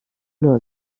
nur